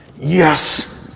Yes